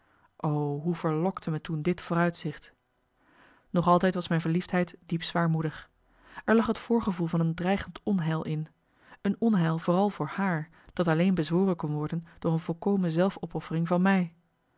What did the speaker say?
hoe verlokte me toen dit vooruitzicht nog altijd was mijn verliefdheid diep zwaarmoedig er lag het voorgevoel van een dreigend onheil in een onheil vooral voor haar dat alleen bezworen kon worden door een volkomen zelfopoffering van mij